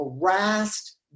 harassed